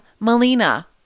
Melina